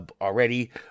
already